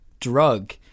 drug